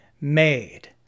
made